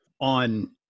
On